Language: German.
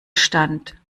stand